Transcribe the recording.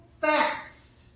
fast